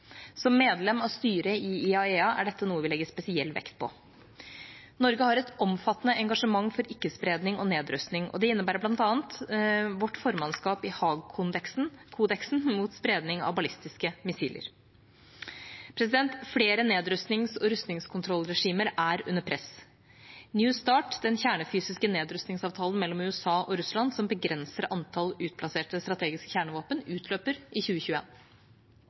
Som medlem av styret i IAEA er dette noe vi legger spesiell vekt på. Norge har et omfattende engasjement for ikke-spredning og nedrustning, og det innebærer bl.a. vårt formannskap i Haag-kodeksen mot spredning av ballistiske missiler. Flere nedrustnings- og rustningskontrollregimer er under press. New Start, den kjernefysiske nedrustningsavtalen mellom USA og Russland som begrenser antall utplasserte strategiske kjernevåpen, utløper i